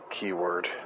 keyword